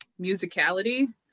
musicality